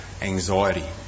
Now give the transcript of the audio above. anxiety